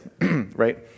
right